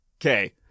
Okay